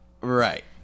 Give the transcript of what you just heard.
right